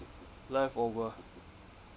left over